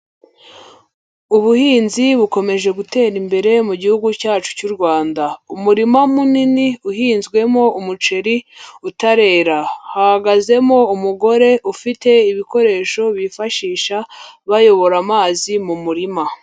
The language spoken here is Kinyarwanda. Ubuhinzi bukomeje gutera imbere mu gihugu cyacu cy'u Rwanda, umurima munini uhinzwemo umuceri utarera, hahagazemo umugore ufite ibikoresho bifashisha bayobora amazi mu murima.